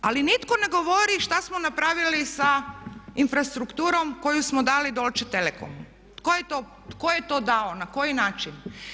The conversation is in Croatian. Ali nitko ne govorio šta smo napravili sa infrastrukturom koju smo dali Deutsche telekomu, tko je to dao, na koji način?